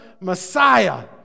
Messiah